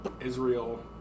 Israel